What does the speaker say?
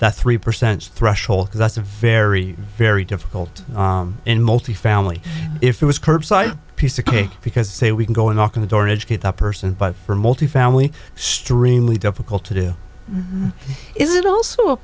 that three percent threshold because that's a very very difficult in multifamily if it was curbside piece of cake because say we can go and knock on the door and educate the person by for multi family stream lee difficult to do is it also a